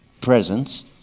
presence